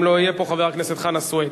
אם לא יהיה פה, חבר הכנסת חנא סוייד.